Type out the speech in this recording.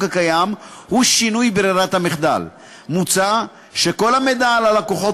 הקיים הוא שינוי ברירת המחדל: מוצע שכל המידע על הלקוחות